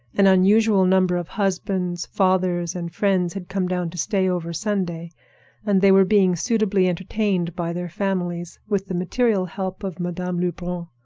an unusual number of husbands, fathers, and friends had come down to stay over sunday and they were being suitably entertained by their families, with the material help of madame lebrun.